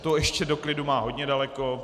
To ještě do klidu má hodně daleko.